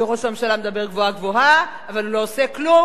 וראש הממשלה מדבר גבוהה-גבוהה אבל הוא לא עושה כלום?